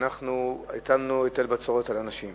שאנחנו הטלנו היטל בצורת על אנשים